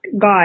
God